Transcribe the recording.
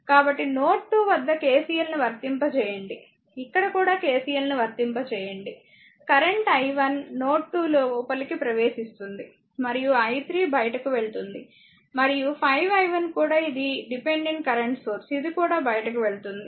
కాబట్టి నోడ్ 2 వద్ద KCLను వర్తింపచేయండి ఇక్కడ కూడా KCLను వర్తింపచేయండి కరెంట్ i1 నోడ్ 2 లోపలికి ప్రవేశిస్తుంది మరియు i 3 బయటకు వెళుతుంది మరియు 5i 1 కూడా ఇది డిపెండెంట్ కరెంట్ సోర్స్ ఇది కూడా బయటకు వెళుతుంది